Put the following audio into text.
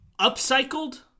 upcycled